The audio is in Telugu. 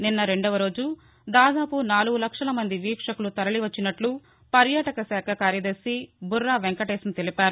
నిన్న రెండో రోజు దాదాపు నాలుగు లక్షల మంది వీక్షకులు తరలివచ్చినట్లు పర్యాటకశాఖ కార్యదర్శి బుర్రా వెంకటేశం తెలిపారు